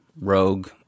rogue